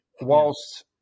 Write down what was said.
whilst